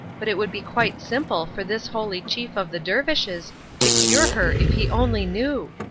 but it would be quite simple for this holy chief of the dervishes to cure her if he only knew!